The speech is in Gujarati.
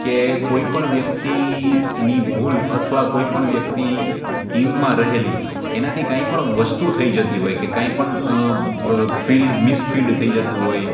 કે કોઈ પણ વ્યક્તિની ભૂલ અથવા કોઈ પણ વ્યક્તિ ટીમમાં રહેલી એનાથી કંઈ પણ વસ્તુ થઈ જતી હોય કે કંઈ પણ ફિલ્ડ મિસ ફિલ્ડ થઈ જતું હોય